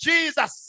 Jesus